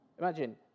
Imagine